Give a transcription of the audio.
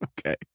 Okay